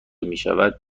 میشود